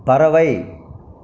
பறவை